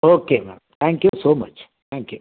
okay ma'am thank you so much thank you